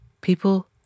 people